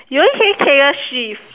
you only say Taylor Swift